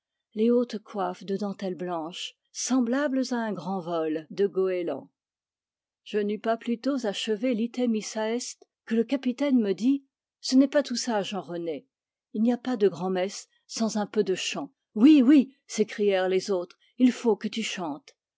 les hautes coiffes de dentelle blanche semblables à un grand vol de goélands je n'eus pas plus tôt achevé l'lté missa est que le capitaine me dit ce n'est pas tout ça jean rené il n'y a pas de grand'messe sans un peu de chant oui oui s'écrièrent les autres il faut que tu chantes